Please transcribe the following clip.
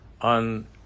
on